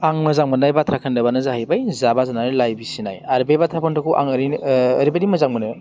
आं मोजां मोन्नाय बाथ्रा खोन्दोबआनो जाहैबाय जाबा जानानै लाइ बिसिनाय आरो बे बाथ्रा खोन्दोबखौ आं ओरैनो ओरैबायदि मोजां मोनो